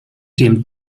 dem